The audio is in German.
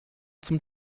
zum